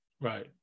right